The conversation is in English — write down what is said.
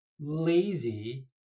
lazy